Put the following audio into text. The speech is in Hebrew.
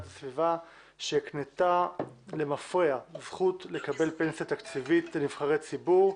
הסביבה שהקנתה למפרע זכות לקבל פנסיה תקציבית לנבחרי ציבור,